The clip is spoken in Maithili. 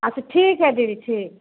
अच्छा ठीक हइ दीदी ठीक